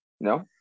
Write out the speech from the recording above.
No